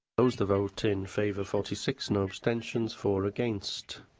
close the vote. in favour forty six, no abstentions, four against.